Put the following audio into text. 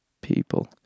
people